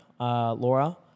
Laura